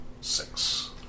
six